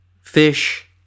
Fish